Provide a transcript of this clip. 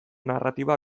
narratiba